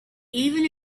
even